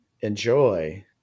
enjoy